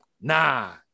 Nah